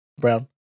Brown